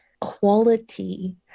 quality